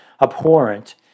abhorrent